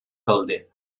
calder